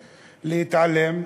להתעלם,